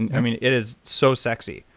and i mean it is so sexy,